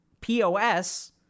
POS